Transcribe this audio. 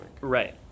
Right